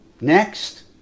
Next